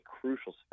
crucial